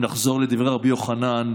אם לחזור לדברי רבי יוחנן,